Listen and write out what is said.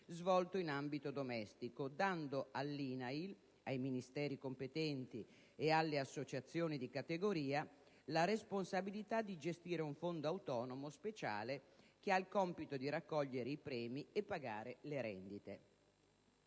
svolto in ambito domestico, dando all'INAIL, ai Ministeri competenti e alle associazioni di categoria la responsabilità di gestire un fondo autonomo speciale che ha il compito di raccogliere i premi e pagare le rendite.